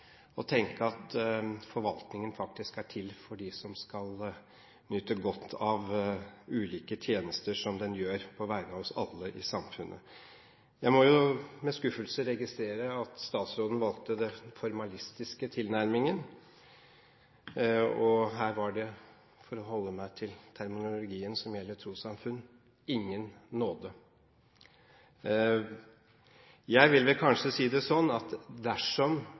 at forvaltningen faktisk er til for dem som skal nyte godt av ulike tjenester som den gjør på vegne av oss alle i samfunnet. Jeg må med skuffelse registrere at statsråden valgte den formalistiske tilnærmingen, og her var det – for å holde meg til terminologien som gjelder trossamfunn - ingen nåde. Dersom man av effektivitetshensyn – når man ser på litt andre ting, er det litt interessant at